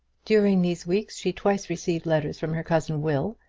during these weeks she twice received letters from her cousin will,